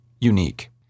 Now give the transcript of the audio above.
unique